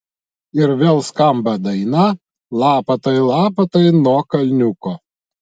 ir vėl skamba daina lapatai lapatai nuo kalniuko